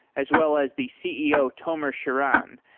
as well as the ceo tomer shiran.